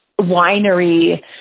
winery